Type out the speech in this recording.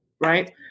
Right